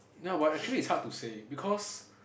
ya actually it's hard to say because